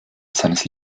seines